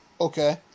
Okay